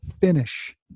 finish